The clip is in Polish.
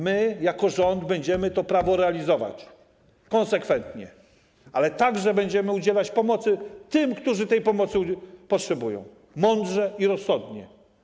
My jako rząd będziemy to prawo realizować konsekwentnie, ale także będziemy udzielać pomocy tym, którzy tej pomocy potrzebują, mądrze i rozsądnie.